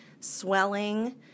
swelling